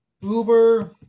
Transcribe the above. Uber